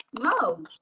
No